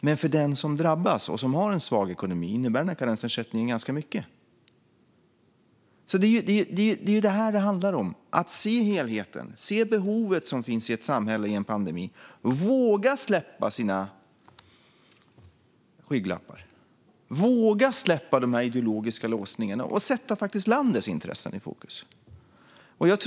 Men för den som drabbas och som har en svag ekonomi innebär denna karensersättning ganska mycket. Det är ju det här som det handlar om: att se helheten, se behovet som finns i ett samhälle under en pandemi, våga släppa sina skygglappar, våga släppa de ideologiska låsningarna och sätta landets intressen i fokus.